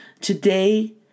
today